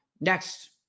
next